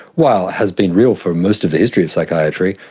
while it has been real for most of the history of psychiatry,